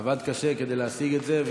עבד קשה כדי להשיג את זה.